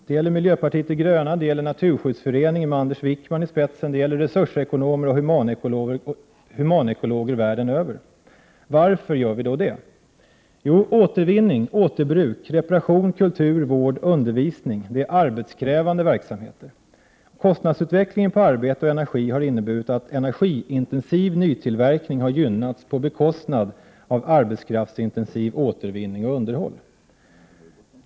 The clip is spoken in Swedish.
Det gäller miljöpartiet de gröna, Naturskyddsföreningen med Anders Wijkman i spetsen, och det gäller resursekonomer och humanekologer världen över. Varför gör vi då det? Jo, återvinning, återbruk, reparation, kultur, vård och undervisning är arbetskrävande verksamheter. Kostnadsutvecklingen på arbete och energi har inneburit att energiintensiv nytillverkning har gynnats på bekostnad av arbetskraftsintensiv återvinning och underhåll.